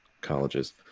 colleges